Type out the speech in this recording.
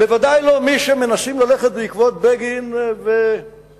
בוודאי לא מי שמנסים ללכת בעקבות בגין ושמיר.